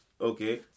Okay